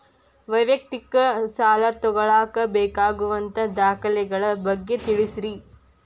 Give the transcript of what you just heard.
ವೈಯಕ್ತಿಕ ಸಾಲ ತಗೋಳಾಕ ಬೇಕಾಗುವಂಥ ದಾಖಲೆಗಳ ಬಗ್ಗೆ ತಿಳಸ್ರಿ